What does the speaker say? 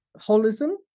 holism